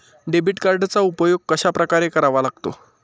Debit कार्डचा उपयोग कशाप्रकारे करावा लागतो?